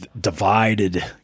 divided